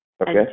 okay